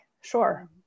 Sure